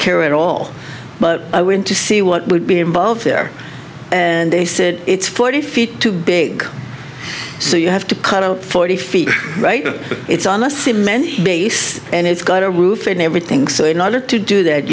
care at all but i went to see what would be involved there and they said it's forty feet too big so you have to cut out forty feet it's on a cement base and it's got a roof and everything so in order to do that